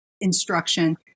instruction